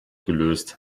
gelöst